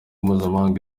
mpuzamahanga